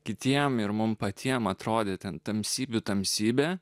kitiems ir mums patiems atrodė ten tamsybių tamsybe